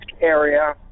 area